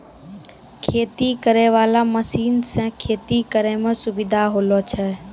खेती करै वाला मशीन से खेती करै मे सुबिधा होलो छै